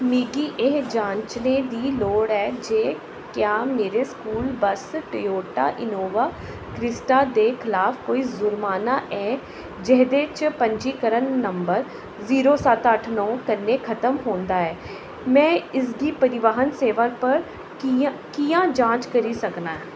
मिगी एह् जांचने दी लोड़ ऐ जे क्या मेरे school bus Toyota Innova Crysta दे खलाफ कोई ज़ुर्माना ऐ जेह्दे च पंजीकरण नंबर जीरो सत्त अट्ठ नौ कन्नै खत्म होंदा ऐ में इसगी परिवहन सेवा पर कि'यां जांच करी सकना